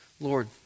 Lord